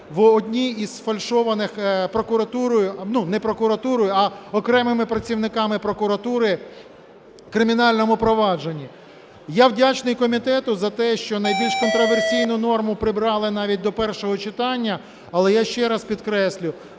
в одній з фальшованих прокуратурою... ну, не прокуратурою, а окремими працівниками прокуратури в кримінальному провадженні. Я вдячний комітету за те, що найбільш контраверсійну норму прибрали навіть до першого читання. Але я ще раз підкреслю,